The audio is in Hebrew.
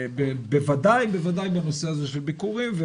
ובוודאי ובוודאי בנושא הזה של ביקורים.